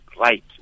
right